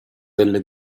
delle